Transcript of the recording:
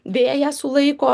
vėją sulaiko